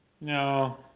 No